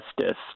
justice